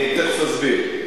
אני תיכף אסביר.